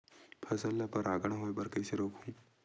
फसल ल परागण होय बर कइसे रोकहु?